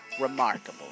remarkable